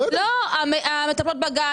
שכן אולי נוכל למצוא את התשובה ביחד.